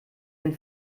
den